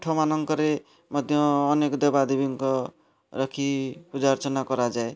ମଠମାନଙ୍କରେ ମଧ୍ୟ ଅନେକ ଦେବା ଦେବୀଙ୍କ ରଖି ପୂଜାଅର୍ଚ୍ଚନା କରାଯାଏ